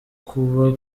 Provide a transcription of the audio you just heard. kuba